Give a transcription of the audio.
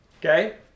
okay